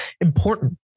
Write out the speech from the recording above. important